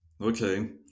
Okay